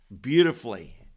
beautifully